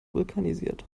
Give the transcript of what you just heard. vulkanisiert